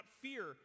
fear